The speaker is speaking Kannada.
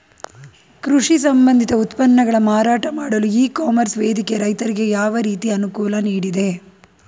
ಕೃಷಿ ಸಂಬಂಧಿತ ಉತ್ಪನ್ನಗಳ ಮಾರಾಟ ಮಾಡಲು ಇ ಕಾಮರ್ಸ್ ವೇದಿಕೆ ರೈತರಿಗೆ ಯಾವ ರೀತಿ ಅನುಕೂಲ ನೀಡಿದೆ?